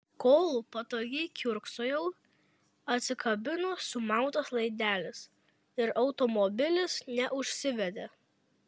kol patogiai kiurksojau atsikabino sumautas laidelis ir automobilis neužsivedė